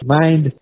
mind